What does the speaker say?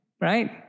right